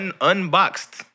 Unboxed